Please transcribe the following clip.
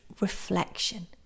reflection